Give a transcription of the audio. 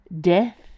Death